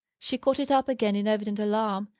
she caught it up again in evident alarm,